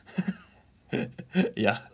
ya